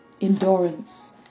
endurance